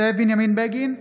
זאב בנימין בגין,